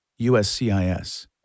USCIS